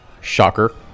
Shocker